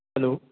hello